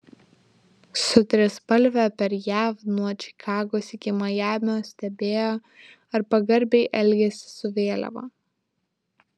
su trispalve per jav nuo čikagos iki majamio stebėjo ar pagarbiai elgiasi su vėliava